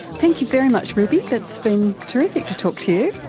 thank you very much ruby, it's been terrific to talk to you.